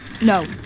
No